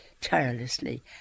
tirelessly